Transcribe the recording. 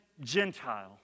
Gentile